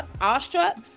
awestruck